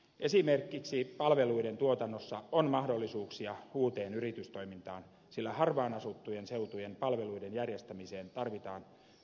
esimerkiksi palveluiden tuotannossa on mahdollisuuksia uuteen yritystoimintaan sillä harvaan asuttujen seutujen palveluiden järjestämiseen tarvitaan innovatiivisia ratkaisuja